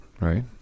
Right